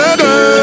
girl